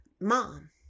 mom